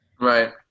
right